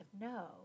no